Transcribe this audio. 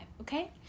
okay